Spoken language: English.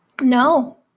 No